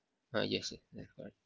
uh yes ya correct